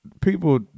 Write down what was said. people